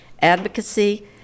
advocacy